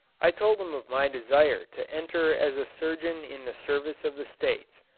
i told him of my desire to enter as a surgeon in the service of the states,